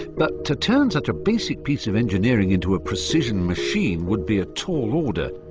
but to turn such a basic piece of engineering into a precision machine would be a tall order.